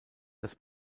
das